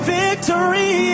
victory